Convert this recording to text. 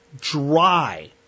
dry